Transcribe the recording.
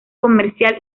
comercial